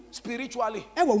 spiritually